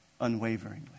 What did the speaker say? unwaveringly